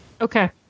Okay